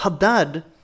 Hadad